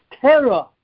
terror